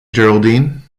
geraldine